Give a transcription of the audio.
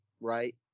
right